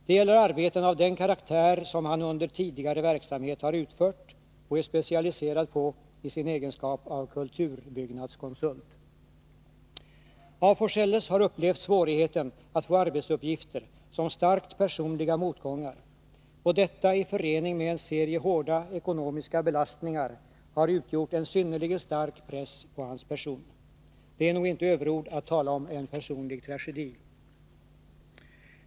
Det gäller arbeten av den karaktär som han under tidigare verksamhet har utfört och är specialiserad på i sin egenskap av kulturbyggnadskonsult. af Forselles har upplevt svårigheten att få arbetsuppgifter som starkt personliga motgångar, och detta i förening med en serie hårda ekonomiska belastningar har utgjort en synnerligen stark press på hans person. Det är nog inte överord att tala om en personlig tragedi.